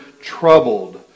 Troubled